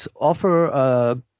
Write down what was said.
offer